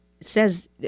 says